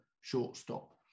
shortstop